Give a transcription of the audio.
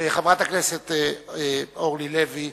חברת הכנסת אורלי לוי